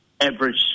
average